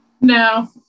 No